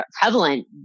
prevalent